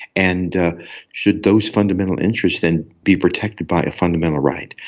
and should those fundamental interests then be protected by a fundamental right?